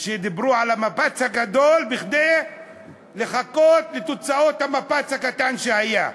דיברו על המפץ הגדול כדי לחכות לתוצאות המפץ הקטן שהיה.